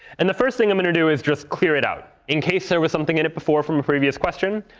and the first thing i'm going to do is just clear it out. in case there was something in it before from a previous question,